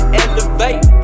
elevate